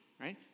Right